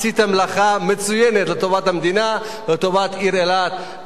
עשית מלאכה מצוינת לטובת המדינה ולטובת העיר אילת.